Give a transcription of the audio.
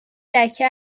دکه